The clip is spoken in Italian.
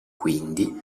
quindi